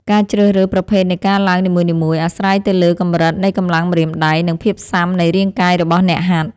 ការជ្រើសរើសប្រភេទនៃការឡើងនីមួយៗ អាស្រ័យទៅលើកម្រិតនៃកម្លាំងម្រាមដៃ និងភាពស៊ាំនៃរាងកាយរបស់អ្នកហាត់។